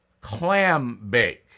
Clambake